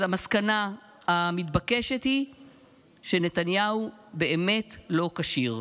אז המסקנה המתבקשת היא שנתניהו באמת לא כשיר.